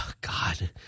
God